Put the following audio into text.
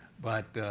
but